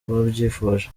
babyifuje